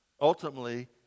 Ultimately